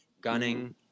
gunning